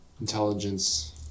intelligence